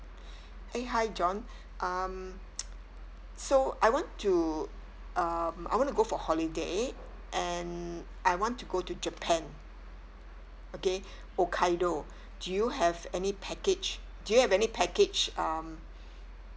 eh hi john um so I want to um I want to go for holiday and I want to go to japan okay hokkaido do you have any package do you have any package um